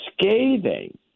scathing